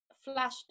Flash